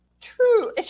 true